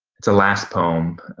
it's a last poem,